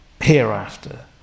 hereafter